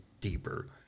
deeper